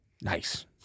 Nice